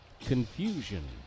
confusion